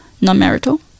non-marital